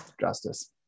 Justice